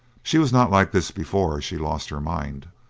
she was not like this before she lost her mind.